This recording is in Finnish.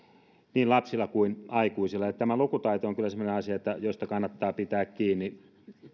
niin lapsilla kuin aikuisilla tämä lukutaito on kyllä semmoinen asia josta kannattaa pitää kiinni